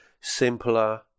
simpler